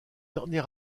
dernier